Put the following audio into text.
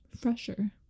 fresher